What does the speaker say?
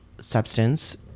substance